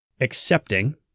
accepting